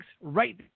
right